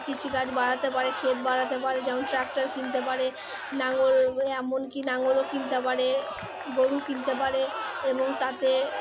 কৃষিকাজ বাড়াতে পারে ক্ষেত বাড়াতে পারে যেমন ট্র্যাক্টর কিনতে পারে লাঙল এমনকি লাঙলও কিনতে পারে গরু কিনতে পারে এবং তাতে